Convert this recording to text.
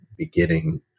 beginning